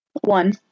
One